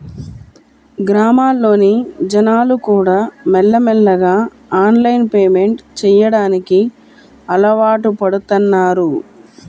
గ్రామాల్లోని జనాలుకూడా మెల్లమెల్లగా ఆన్లైన్ పేమెంట్ చెయ్యడానికి అలవాటుపడుతన్నారు